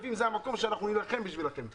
הכספים זה המקום שבו אנחנו נילחם בשבילכם.